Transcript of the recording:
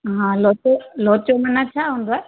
हा लोचो लोचो मना छा हूंदो आहे